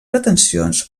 pretensions